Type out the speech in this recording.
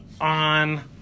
on